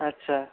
আচ্ছা